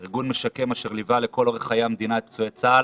זה ארגון משקם אשר ליווה לכל אורך חיי המדינה את פצועי צה"ל,